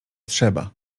trzeba